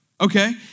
okay